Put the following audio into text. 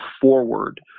forward